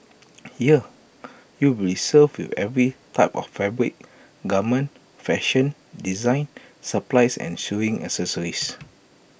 here you will be served with every type of fabric garment fashion design supplies and sewing accessories